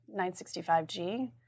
965G